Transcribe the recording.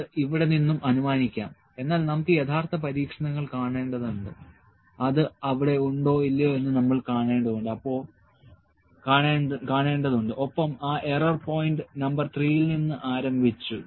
അത് ഇവിടെ നിന്നും അനുമാനിക്കാം എന്നാൽ നമുക്ക് യഥാർത്ഥ പരീക്ഷണങ്ങൾ കാണേണ്ടതുണ്ട് അത് അവിടെ ഉണ്ടോ ഇല്ലയോ എന്ന് നമ്മൾ കാണേണ്ടതുണ്ട് ഒപ്പം ആ എറർ പോയിന്റ് നമ്പർ 3 ൽ നിന്ന് ആരംഭിച്ചു